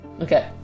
Okay